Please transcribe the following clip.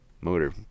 motor